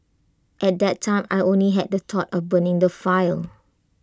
at that time I only had the thought of burning the file